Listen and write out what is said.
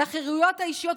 על החירויות האישיות,